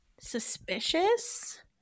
suspicious